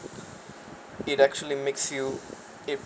it actually makes you it